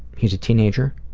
he is a teenager.